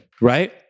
Right